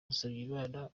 musabyimana